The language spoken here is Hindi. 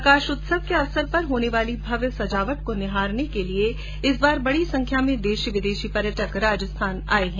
प्रकाश उत्सव के अवसर पर होने वाली भव्य सजावट को निहारने के लिए इस बार बड़ी संख्या में देशी विदेशी पर्यटक राजस्थान आए है